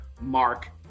Mark